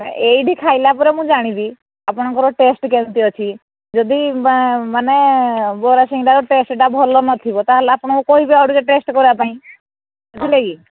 ଏଇଠି ଖାଇଲା ପରେ ମୁଁ ଜାଣିବି ଆପଣଙ୍କର ଟେଷ୍ଟ କେମିତି ଅଛି ଯଦି ମାନେ ବରା ସିଙ୍ଗଡ଼ାର ଟେଷ୍ଟଟା ଭଲ ନଥିବ ତା'ହେଲେ ଆପଣଙ୍କୁ କହିବି ଆଉ ଟିକେଏ ଟେଷ୍ଟ କରିବା ପାଇଁ ବୁଝିଲେ କି